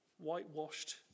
whitewashed